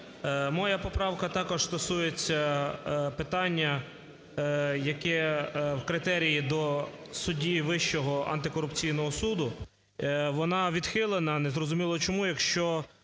Моя поправка також стосується питання, яке – критерії до судді Вищого антикорупційного суду. Вона відхилена незрозуміло чому. Якщо